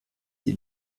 die